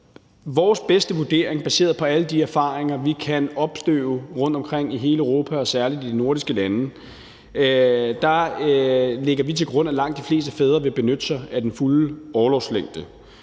vores bedste vurdering, baseret på alle de erfaringer, vi kan opstøve rundtomkring i hele Europa og særlig i de nordiske lande, vil langt de fleste fædre benytte sig af den fulde orlovslængde.